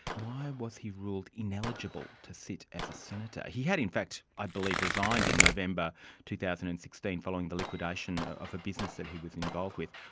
why was he ruled ineligible to sit as a senator? he had in fact i believe resigned in november two thousand and sixteen following the liquidation of a business that he was involved with.